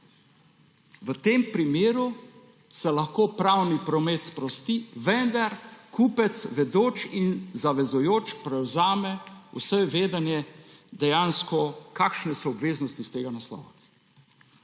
V tem primeru se lahko pravni promet sprosti, vendar kupec vedoč in zavezujoč prevzame vse vedenje, kakšne so dejansko obveznosti iz tega naslova.